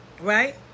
Right